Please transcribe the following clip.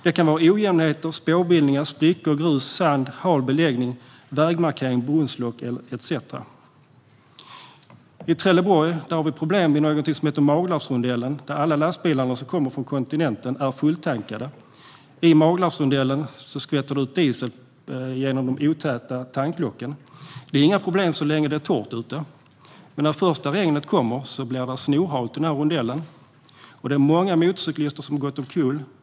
Det kan vara ojämnheter, spårbildningar, sprickor, grus, sand, hal beläggning, vägmarkering, brunnslock etcetera. I Trelleborg har vi problem med någonting som heter Maglarpsrondellen, där alla lastbilar som kommer från kontinenten är fulltankade. I Maglarpsrondellen skvätter det ut diesel genom de otäta tanklocken. Det är inga problem så länge det är torrt ute. Men när första regnet kommer blir det snorhalt i rondellen. Det är många motorcyklister som har gått omkull.